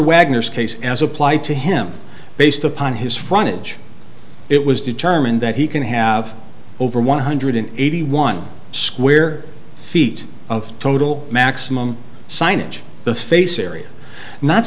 wagner's case as applied to him based upon his frontage it was determined that he can have over one hundred eighty one square feet of total maximum signage the face area not